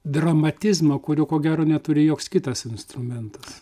dramatizmo kurio ko gero neturi joks kitas instrumentas